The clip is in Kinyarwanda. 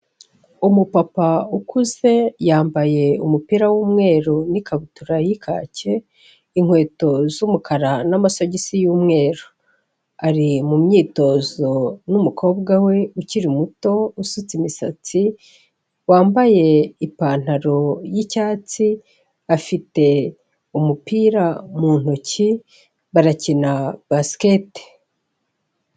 Umupapa ukuze yambaye umupira w'umweru n'ikabutura y'ikake, inkweto z'umukara n'amasogisi y'umweru, ari mu myitozo n'umukobwa we ukiri muto usutse imisatsi, wambaye ipantaro y'icyatsi, afite umupira mu ntoki, barakina basiketi.